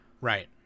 Right